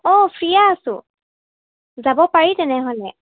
অঁ ফ্ৰীয়ে আছোঁ যাব পাৰি তেনেহ'লে